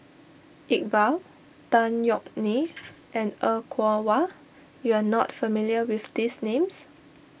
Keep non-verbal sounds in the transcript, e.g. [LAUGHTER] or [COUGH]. Iqbal Tan Yeok Nee [NOISE] and Er Kwong Wah you are not familiar with these names